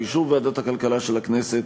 באישור ועדת הכלכלה של הכנסת,